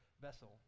vessel